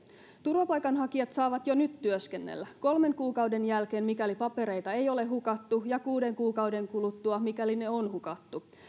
turvapaikanhakijat saavat jo nyt työskennellä kolmen kuukauden jälkeen mikäli papereita ei ole hukattu ja kuuden kuukauden kuluttua mikäli ne on hukattu